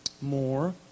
More